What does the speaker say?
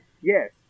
Yes